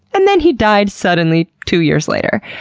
and then he died suddenly two years later.